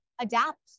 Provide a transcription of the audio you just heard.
adapt